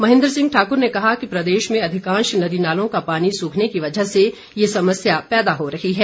महेंद्र सिंह ठाकुर ने कहा कि प्रदेश में अधिकांश नदी नालों का पानी सूखने की वजह से ये समस्या पैदा हो रही है